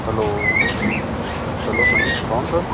hello hello ਹਾਂਜੀ ਕੌਣ sir